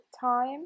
time